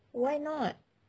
why not